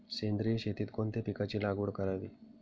सेंद्रिय शेतीत कोणत्या पिकाची लागवड करावी?